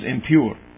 impure